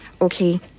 Okay